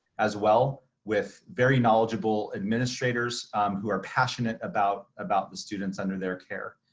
as well with very knowledgeable administrators who are passionate about about the students under their care.